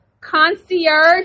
concierge